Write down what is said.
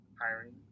hiring